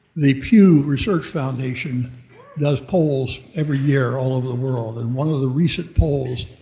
the pew research foundation does polls every year all over the world. and one of the recent polls,